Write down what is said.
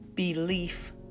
belief